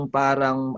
parang